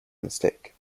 mistake